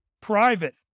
private